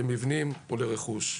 למבנים ולרכוש.